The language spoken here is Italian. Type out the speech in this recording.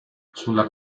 sulla